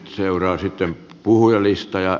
arvoisa herra puhemies